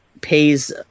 pays